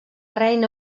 reina